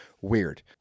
weird